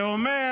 זה אומר